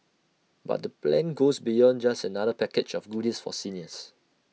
but the plan goes beyond just another package of goodies for seniors